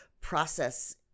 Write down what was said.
process